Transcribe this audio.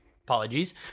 apologies